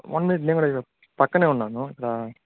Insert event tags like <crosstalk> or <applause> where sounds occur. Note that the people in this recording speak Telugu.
వన్ మినిట్ నేను కూడా పక్కనే ఉన్నాను <unintelligible>